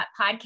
podcast